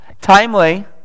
timely